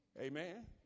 Amen